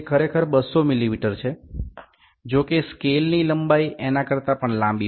এটি আসলে ২০০ মিমি তবে স্কেলের দৈর্ঘ্য আরও বড়